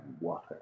water